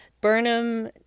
Burnham